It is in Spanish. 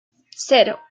cero